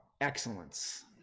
excellence